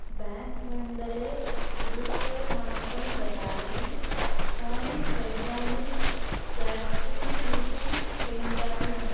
बैंक्मण्डले booster मात्रां ददाति कानि सर्वाणि व्याक्सीनेषन् केन्द्राणि सन्ति